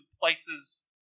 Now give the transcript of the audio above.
places